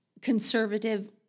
conservative